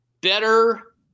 better